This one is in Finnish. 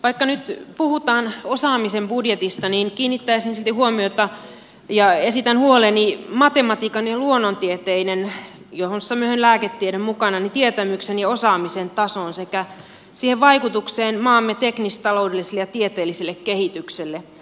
vaikka nyt puhutaan osaamisen budjetista niin kiinnittäisin silti huomiota ja esitän huoleni matematiikan ja luonnontieteiden jossa on myös lääketiede mukana tietämyksen ja osaamisen tasoon sekä vaikutukseen maamme teknistaloudelliseen ja tieteelliseen kehitykseen